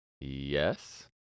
Yes